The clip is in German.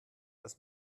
das